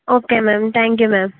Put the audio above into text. okay ma'am thank you ma'am